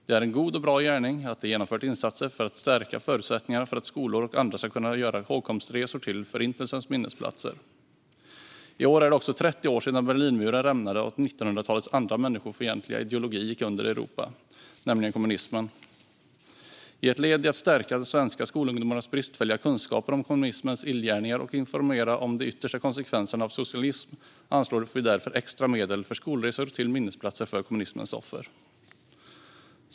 Det är en bra och god gärning att de genomfört insatser för att stärka förutsättningarna för att skolor och andra ska kunna göra hågkomstresor till Förintelsens minnesplatser. I år är det också 30 år sedan Berlinmuren rämnade och 1900-talets andra människofientliga ideologi gick under i Europa, nämligen kommunismen. I ett led i att stärka svenska skolungdomars bristfälliga kunskaper om kommunismens illgärningar och informera om de yttersta konsekvenserna av socialism anslår vi därför extra medel för skolresor till minnesplatser för kommunismens offer.